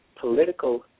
political